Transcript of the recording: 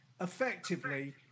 effectively